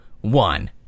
one